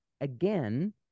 again